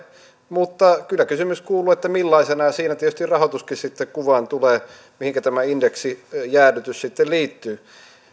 mutta kyllä kysymys kuuluu millaisena siinä tietysti rahoituskin sitten kuvaan tulee mihinkä tämä indeksijäädytys sitten liittyy